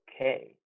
Okay